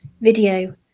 video